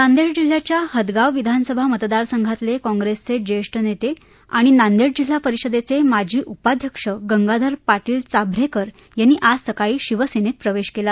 नांदेड जिल्ह्याच्या हदगाव विधानसभा मतदारसंघातले काँग्रेसचे जेछ नेते आणि नांदेड जिल्हा परिषदेचे माजी उपाध्यक्ष गंगाधर पाटील चाभरेकर यांनी आज सकाळी शिवसेनेत प्रवेश केला